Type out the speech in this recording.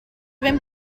ben